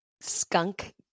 Skunk